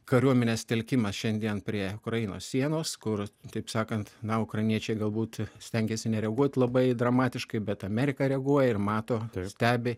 kariuomenės telkimas šiandien prie ukrainos sienos kur taip sakant na ukrainiečiai galbūt stengiasi nereaguot labai dramatiškai bet amerika reaguoja ir mato stebi